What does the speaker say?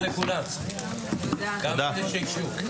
הישיבה ננעלה בשעה 11:56.